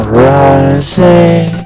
rising